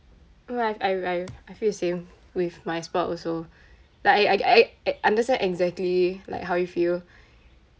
I I I feel the same with my sport also like I I I I understand exactly like how you feel